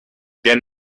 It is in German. der